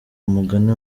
umugani